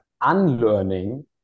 unlearning